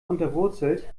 unterwurzelt